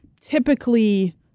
typically